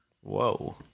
Whoa